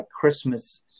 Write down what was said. Christmas